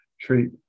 treat